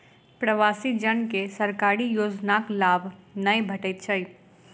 प्रवासी जन के सरकारी योजनाक लाभ नै भेटैत छै